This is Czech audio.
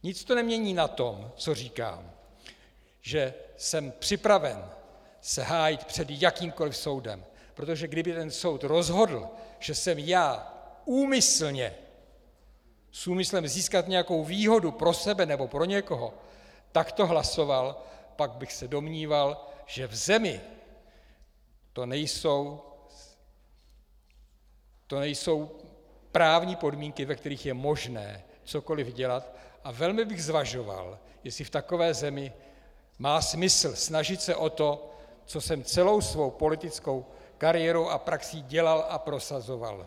Nic to nemění na tom, co říkám, že jsem připraven se hájit před jakýmkoliv soudem, protože kdyby ten soud rozhodl, že jsem já úmyslně, s úmyslem získat nějakou výhodu pro sebe nebo pro někoho takto hlasoval, pak bych se domníval, že v zemi to nejsou právní podmínky, ve kterých je možné cokoliv dělat, a velmi bych zvažoval, jestli v takové zemi má smysl se snažit o to, co jsem celou svou politickou kariérou prací dělal a prosazoval.